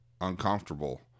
uncomfortable